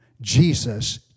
Jesus